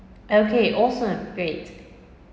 okay awesome great